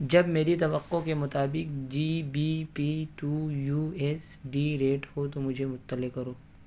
جب میری توقع کے مطابق G B P to U S D rate ہو تو مجھے مطلع کرو